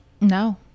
No